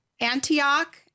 Antioch